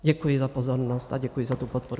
Děkuji za pozornost a děkuji za tu podporu předem.